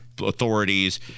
authorities